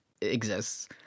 exists